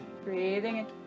breathing